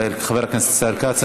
חבר הכנסת ישראל כץ,